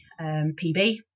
pb